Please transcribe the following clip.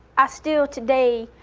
i still, today,